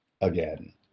again